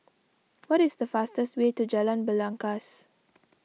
what is the fastest way to Jalan Belangkas